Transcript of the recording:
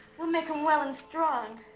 we'll make him well and strong